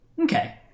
Okay